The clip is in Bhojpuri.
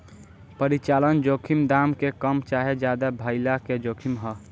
परिचालन जोखिम दाम के कम चाहे ज्यादे भाइला के जोखिम ह